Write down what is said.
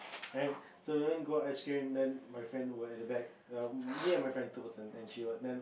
right so then go ice cream then my friend were at the back me and my friend two person then she would then